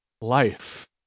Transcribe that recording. life